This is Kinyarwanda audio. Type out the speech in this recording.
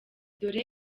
dore